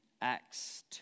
Acts